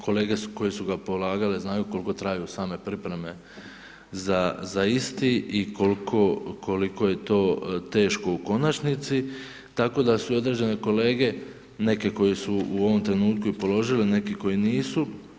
Kolege koje su ga polagale znaju koliko traju same pripreme za isti i koliko je to teško u konačnici, tako da su i određene kolege, neke koje su u ovom trenutku i položile, a neke koje nisu.